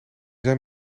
zijn